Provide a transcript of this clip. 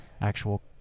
actual